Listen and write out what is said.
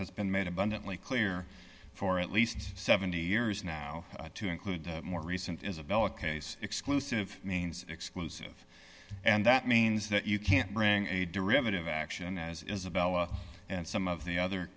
has been made abundantly clear for at least seventy years now to include more recent isabella case exclusive means exclusive and that means that you can't bring a derivative action as isabella and some of the other